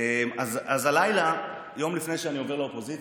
אז הלילה, יום לפני שאני עובר לאופוזיציה,